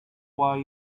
why